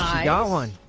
e r one